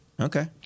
Okay